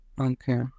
Okay